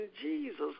Jesus